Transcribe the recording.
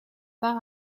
par